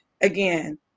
again